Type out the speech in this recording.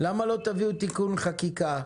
למה לא תביאו תיקון חקיקה,